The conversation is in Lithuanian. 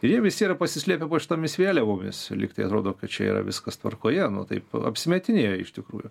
ir jie visi yra pasislėpę po šitomis vėliavomis lygtai atrodo kad čia yra viskas tvarkoje taip apsimetinėja iš tikrųjų